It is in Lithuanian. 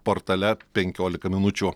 portale penkiolika minučių